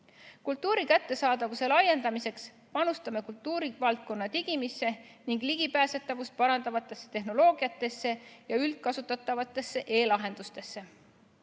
Kultuuri kättesaadavuse laiendamiseks panustame kultuurivaldkonna digimisse ning ligipääsetavust parandavasse tehnoloogiasse ja üldkasutatavatesse e-lahendustesse.